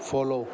follow